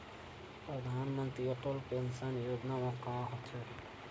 परधानमंतरी अटल पेंशन योजना मा का होथे?